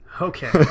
Okay